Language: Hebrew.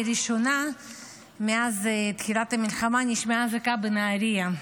לראשונה מאז תחילת המלחמה נשמעה אזעקה בנהריה.